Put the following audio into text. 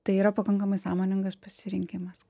tai yra pakankamai sąmoningas pasirinkimas